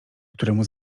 któremu